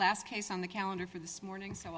last case on the calendar for this morning so